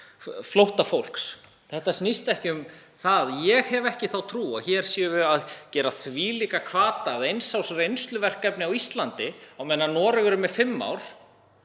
flóttafólks, þetta snýst ekki um það. Ég hef ekki þá trú að hér séum við að skapa þvílíka hvata, með eins árs reynsluverkefni á Íslandi, á meðan Noregur er með fimm ár,